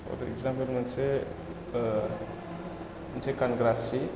example मोनसे मोनसे गानग्रा जि